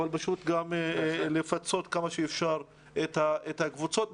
אבל גם לפצות כמה שאפשר את הקבוצות.